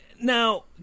Now